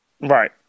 Right